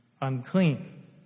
unclean